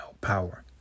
power